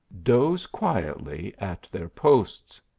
doze quietly at their posts.